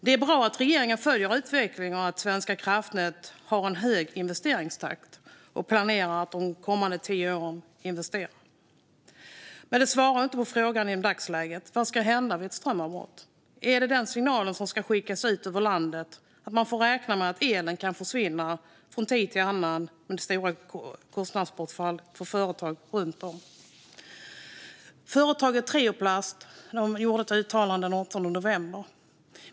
Det är bra att regeringen följer utvecklingen och att Svenska kraftnät har en hög investeringstakt och planerar att investera de kommande tio åren. Men det svarar inte på frågan i dagsläget: Vad ska hända vid ett strömavbrott? Är det den signalen som ska skickas ut över landet att man får räkna med att elen kan försvinna från tid till annan med stora kostnadsbortfall för företag runt om i landet? Företaget Trioplast gjorde ett uttalande den 18 november.